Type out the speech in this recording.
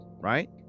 right